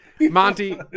monty